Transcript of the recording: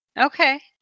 Okay